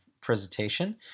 presentation